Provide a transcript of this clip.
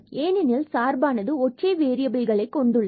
ஏனெனில் சார்பானது ஒற்றை வேறியபில்களைக் கொண்டுள்ளது